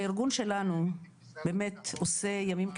הארגון שלנו באמת עושה ימים כלילות,